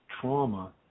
Trauma